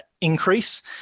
increase